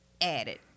added